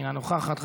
אינה נוכחת,